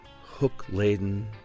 hook-laden